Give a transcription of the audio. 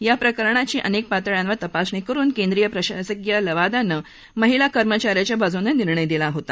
या प्रकरणाची अनेक पातळ्यांवर तपासणी करुन केंद्रीय प्रशासकीय लवादानं महिला कर्मचा याच्या बाजूनं निर्णय दिला होता